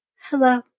hello